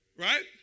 Right